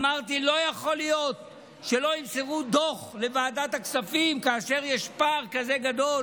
אמרתי: לא יכול להיות שלא ימסרו דוח לוועדת הכספים כאשר יש פער כזה גדול